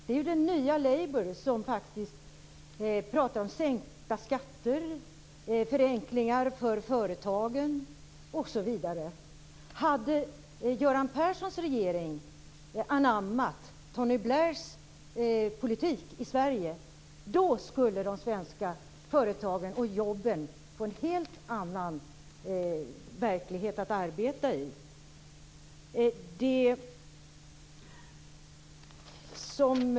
Det är det nya Labour som talar om sänkta skatter, förenklingar för företagen, osv. Hade Göran Perssons regering anammat Tony Blairs politik i Sverige skulle de svenska företagen och jobben få en helt annan verklighet att arbeta i.